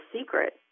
secret